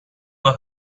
were